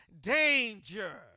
danger